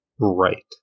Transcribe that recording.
Right